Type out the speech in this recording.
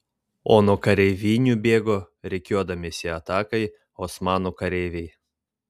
o nuo kareivinių bėgo rikiuodamiesi atakai osmanų kareiviai